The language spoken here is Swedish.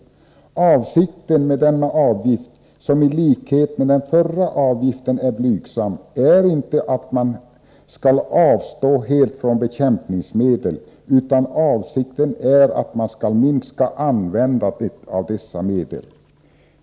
Men avsikten med denna avgift, som i likhet med den nyssnämnda avgiften är blygsam, är inte att man skall avstå helt från bekämpningsmedel, utan avsikten är att man skall minska användandet av dessa medel.